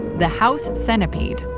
the house centipede.